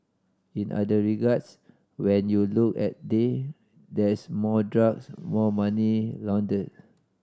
in other regards when you look at day there's more drugs more money laundered